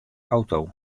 auto